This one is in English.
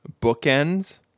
bookends